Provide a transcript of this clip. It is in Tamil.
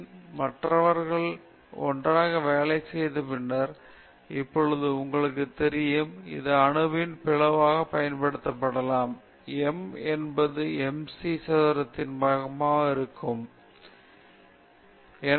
ஆகையால் ஐன்ஸ்டீன் மற்றவர்கள் ஒன்றாக வேலை செய்துள்ளனர் பின்னர் இப்போது உங்களுக்கு தெரியும் இது அணுவின் பிளவுக்காக பயன்படுத்தப்படலாம் m என்பது mc சதுரத்திற்கு சமமாக இருக்கும் மேலும் அது சரிதான்